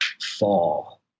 fall